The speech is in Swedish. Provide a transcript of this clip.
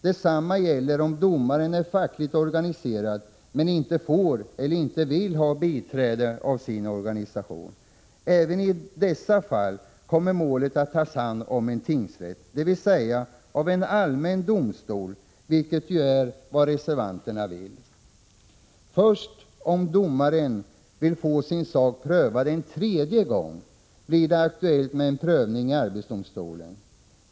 Detsamma gäller om domaren är fackligt organiserad men inte får eller inte vill ha biträde av sin organisation. Även i dessa fall kommer målet att tas om hand av en tingsrätt, dvs. av en allmän domstol, vilket ju är vad reservanterna vill. Först om domaren vill få sin sak prövad en tredje gång blir det aktuellt med en prövning i arbetsdomstolen.